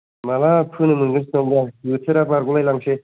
माला फोनो मोनगोनसो नंबाय आं बोथोरा बारग'लायलांसै